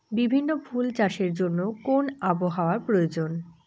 বিভিন্ন ফুল চাষের জন্য কোন আবহাওয়ার প্রয়োজন?